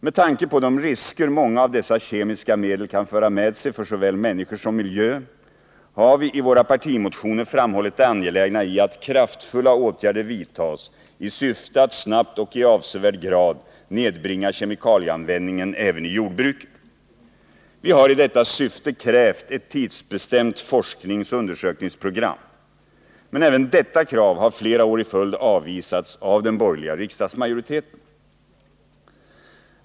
Med tanke på de risker många av dessa kemiska medel kan föra med sig för såväl människor som miljö har vi i våra partimotioner framhållit det angelägna i att kraftfulla åtgärder vidtas i syfte att snabbt och i avsevärd grad nedbringa kemikalieanvändningen även i jordbruket. Vi har i detta syfte krävt ett tidsbestämt forskningsoch undersökningsprogram. Men även detta krav har flera år i följd avvisats av den borgerliga riksdagsmajoriteten.